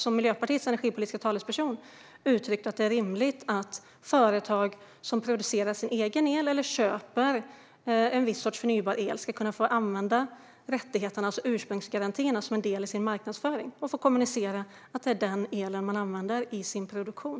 Som Miljöpartiets energipolitiska talesperson har jag uttryckt att det är rimligt att företag som producerar sin egen el eller köper en viss sorts förnybar el ska kunna få använda rättigheternas ursprungsgarantier som en del i sin marknadsföring och få kommunicera att det är denna el de använder i sin produktion.